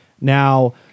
Now